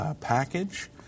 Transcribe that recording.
package